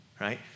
right